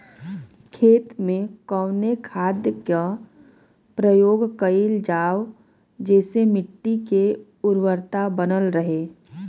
खेत में कवने खाद्य के प्रयोग कइल जाव जेसे मिट्टी के उर्वरता बनल रहे?